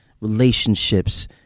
relationships